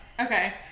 Okay